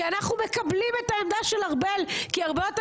כי אנחנו מקבלים את העמדה של ארבל כי היא הרבה יותר